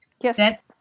Yes